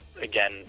again